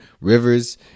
rivers